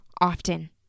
often